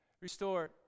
Restore